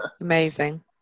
amazing